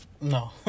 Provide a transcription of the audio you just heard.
No